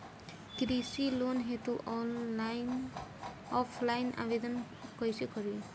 कृषि लोन हेतू ऑफलाइन आवेदन कइसे करि?